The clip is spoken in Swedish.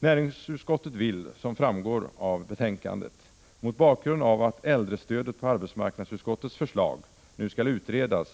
Näringsutskottet vill — som framgår av betänkandet — mot bakgrund av att äldrestödet på arbetsmarknadsutskottets förslag nu skall utredas